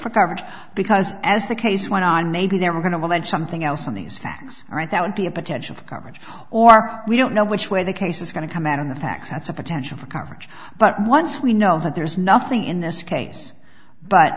for coverage because as the case went on maybe they were going to allege something else on these facts all right that would be a potential coverage or we don't know which way the case is going to come out on the facts that's a potential for coverage but once we know that there's nothing in this case but